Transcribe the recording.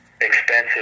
expensive